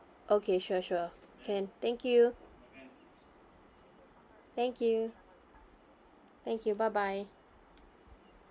okay sure sure can thank you thank you thank you bye bye